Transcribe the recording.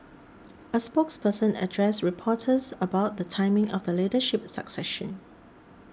a spokesperson addressed reporters about the timing of the leadership succession